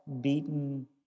beaten